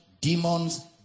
demons